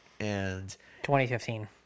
2015